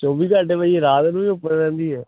ਚੋਵੀ ਘੰਟੇ ਭਾਅ ਜੀ ਰਾਤ ਨੂੰ ਹੀ ਓਪਨ ਰਹਿੰਦੀ ਹੈ